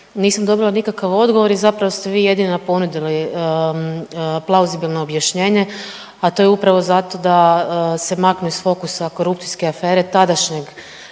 nisam dobila nikakav odgovor i zapravo ste vi jedina ponudili plauzibilno objašnjenje, a to je upravo zato da se maknu iz fokusa korupcijske afere tadašnjeg